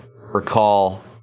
recall